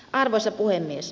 arvoisa puhemies